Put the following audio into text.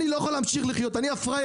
אני לא יכול להמשיך לחיות כך, אני הפראייר.